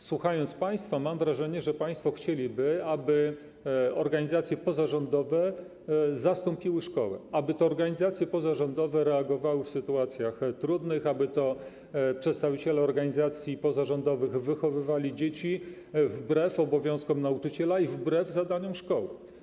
Słuchając państwa, mam wrażenie, że państwo chcieliby, aby organizacje pozarządowe zastąpiły szkołę, aby to organizacje pozarządowe reagowały w sytuacjach trudnych, aby to przedstawiciele organizacji pozarządowych wychowywali dzieci wbrew obowiązkom nauczyciela i wbrew zadaniom szkoły.